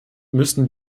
müssen